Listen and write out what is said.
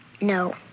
No